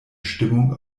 stimmung